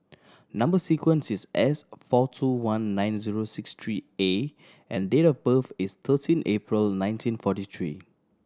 number sequence is S four two one nine zero six three A and date of birth is thirteen April nineteen forty three